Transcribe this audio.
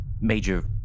Major